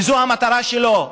וזאת המטרה שלו,